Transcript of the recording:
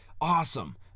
Awesome